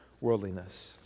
worldliness